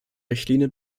richtlinie